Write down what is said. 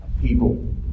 people